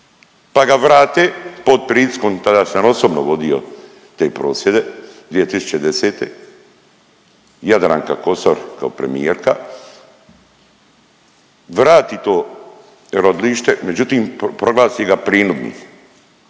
pa ga vrate pod pritiskom tada sam osobno vodio te prosvjede 2010. Jadranka Kosor kao premijerka vrati to rodilište međutim proglasi ga prinudnim.